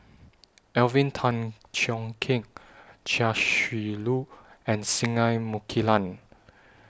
Alvin Tan Cheong Kheng Chia Shi Lu and Singai Mukilan